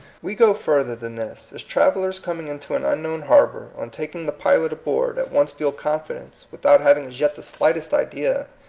we go further than this. as travellera coming into an unknown harbor, on taking the pilot aboard, at once feel confidence, without having as yet the slightest idea,